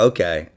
Okay